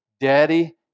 Daddy